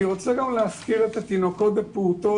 אני רוצה להזכיר את התינוקות והפעוטות